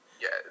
yes